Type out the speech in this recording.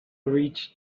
reach